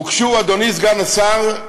אדוני סגן השר,